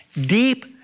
Deep